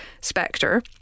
Spectre